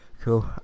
cool